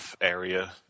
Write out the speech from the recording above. area